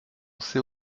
sait